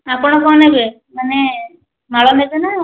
ଆପଣ କ'ଣ ନେବେ ମାନେ ମାଳ ନେବେ ନା